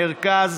מרכז,